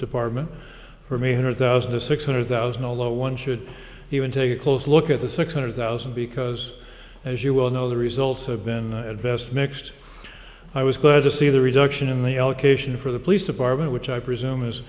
department from a hundred thousand to six hundred thousand although one should even take a close look at the six hundred thousand because as you well know the results have been at best mixed i was glad to see the reduction in the allocation for the police department which i presume is